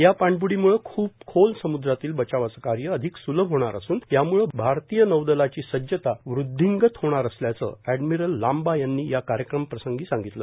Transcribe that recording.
या पाणब्डीम्ळं ख्प खोल समुद्रातील बचावाचं कार्य अधिक सूलभ होणार असून याम्ळं भारतीय नौदलाची सज्जता वद्वींगत होणार असल्याचं अँडमीरल लांबा यांनी या कार्यक्रमप्रसंगी सांगीतलं